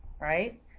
right